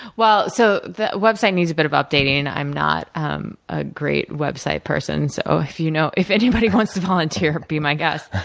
well so, the website needs a bit of updating. i'm not um a great website person. so, if you know if anybody wants to volunteer, be my guest.